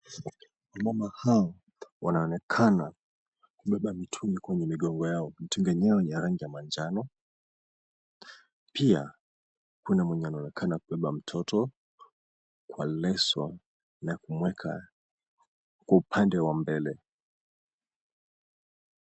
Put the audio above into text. Wamama hawa wanaonekana kubeba mitungi kwenye migongo yao, mitungi yenyewe ni ya rangi ya manjano. Pia kuna mwenye anaonekana kubeba mtoto kwa leso na kumweka mguu upande wa mbele.